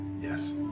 Yes